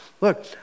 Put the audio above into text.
Look